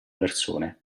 persone